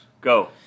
Go